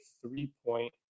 three-point